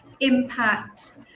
impact